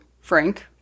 Frank